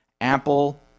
Apple